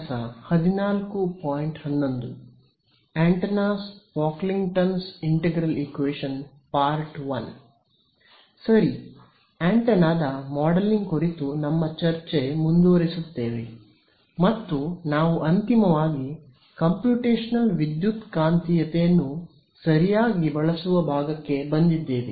ಸರಿ ಆಂಟೆನಾದ ಮಾಡೆಲಿಂಗ್ ಕುರಿತು ನಮ್ಮ ಚರ್ಚೆ ಮುಂದುವರಿಸುತ್ತೇವೆ ಮತ್ತು ನಾವು ಅಂತಿಮವಾಗಿ ಕಂಪ್ಯೂಟೇಶನಲ್ ವಿದ್ಯುತ್ಕಾಂತೀಯತೆಯನ್ನು ಸರಿಯಾಗಿ ಬಳಸುವ ಭಾಗಕ್ಕೆ ಬಂದಿದ್ದೇವೆ